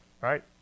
right